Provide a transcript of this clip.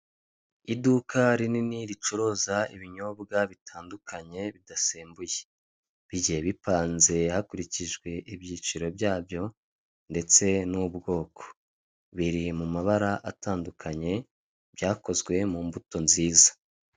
Iduka rinini ricuruza ibinyobwa bitandukanye, bidasembuye. Bigiye bipanze hakurikijwe ibyiciro byabyo ndetse n'ubwoko. Biri mu mabara atandukanye, byakozwe mu mbuto nziza.